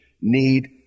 need